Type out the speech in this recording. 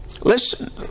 Listen